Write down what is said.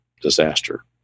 disaster